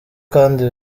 kandi